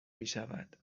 میشود